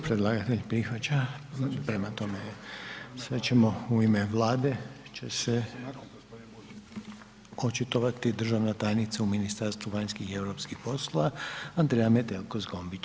Predlagatelj prihvaća, prema tome, sad ćemo, u ime Vlade će se očitovati državna tajnica u Ministarstvu vanjskih i europskih poslova Andreja Metelko Zgombić.